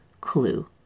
clue